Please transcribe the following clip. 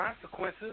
consequences